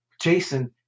Jason